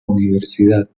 universidad